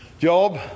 Job